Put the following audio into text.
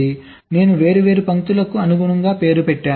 కాబట్టి నేను వేర్వేరు పంక్తులకు అనుగుణంగా పేరు పెట్టాను